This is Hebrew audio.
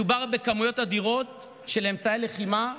מדובר בכמויות אדירות של אמצעי לחימה,